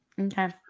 Okay